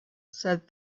said